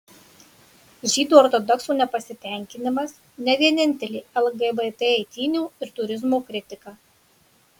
žydų ortodoksų nepasitenkinimas ne vienintelė lgbt eitynių ir turizmo kritika